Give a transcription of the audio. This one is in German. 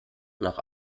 nach